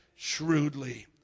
Shrewdly